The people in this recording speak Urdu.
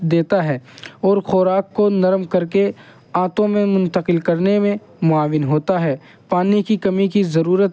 دیتا ہے اور خوراک کو نرم کر کے آنتوں میں منتکل کرنے میں معاون ہوتا ہے پانی کی کمی کی ضرورت